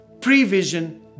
prevision